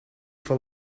for